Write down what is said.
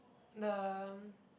the